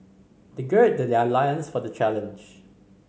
they gird that their loins for the challenge